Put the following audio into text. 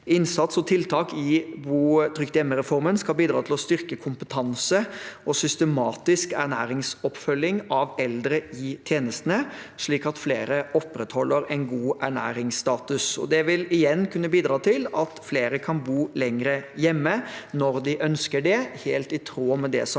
Innsats og tiltak i bo trygt hjemme-reformen skal bidra til å styrke kompetanse og systematisk ernæringsoppfølging av eldre i tjenestene, slik at flere opprettholder en god ernæringsstatus. Det vil igjen kunne bidra til at flere kan bo lenger hjemme når de ønsker det – helt i tråd med det som er